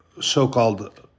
so-called